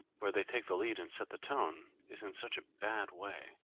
where they take the lead and set the tone, is in such a bad way.